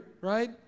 Right